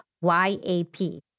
Y-A-P